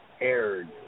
aired